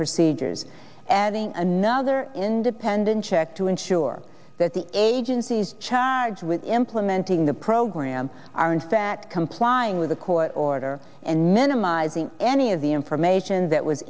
procedures adding another independent check to ensure that the agency's chats with implementing the program are in fact complying with a court order and minimizing any of the information that was